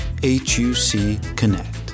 hucconnect